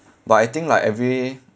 but I think like every day